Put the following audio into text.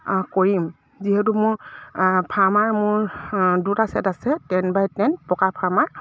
কৰিম যিহেতু মোৰ ফাৰ্মাৰ মোৰ দুটা ছেট আছে টেন বাই টেন পকা ফাৰ্মাৰ